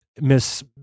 miss